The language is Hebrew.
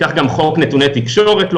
כך גם חוק נתוני תקשורת.